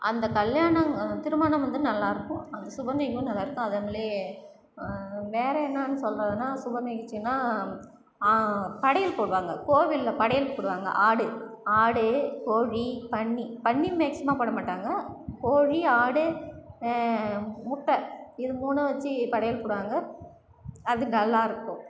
அந்த கல்யாணம் திருமணம் வந்து நல்லாருக்கும் அந்த சுபநிகழ்ச்சியும் நல்லாருக்கும் அதைப்போலவே வேறே என்னான்னு சொல்றதுன்னால் சுபநிகழ்ச்சின்னால் படையல் போடுவாங்க கோவிலில் படையல் போடுவாங்க ஆடு ஆடு கோழி பன்றி பன்றி மேக்சிமம் போட மாட்டாங்க கோழி ஆடு முட்டை இது மூணும் வச்சு படையல் போடுவாங்க அது நல்லாருக்கும்